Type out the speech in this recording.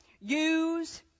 use